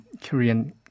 Korean